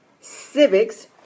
Civics